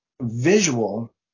visual